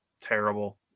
terrible